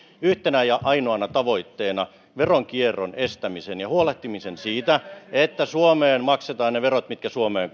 yhtenä ja ainoana tavoitteena veronkierron estäminen ja huolehtiminen siitä että suomeen maksetaan ne verot mitkä suomeen